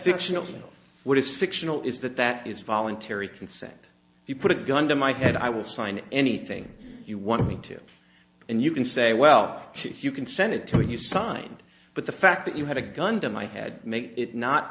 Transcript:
fictional what is fictional is that that is voluntary consent if you put a gun to my head i will sign anything you want me to and you can say well if you consented to it you signed but the fact that you had a gun to my head make it not